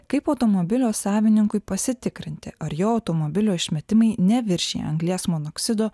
kaip automobilio savininkui pasitikrinti ar jo automobilio išmetimai neviršija anglies monoksido